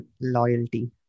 loyalty